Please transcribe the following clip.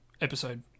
episode